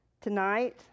tonight